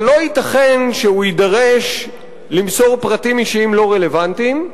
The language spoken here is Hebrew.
אבל לא ייתכן שהוא יידרש למסור פרטים אישיים לא רלוונטיים,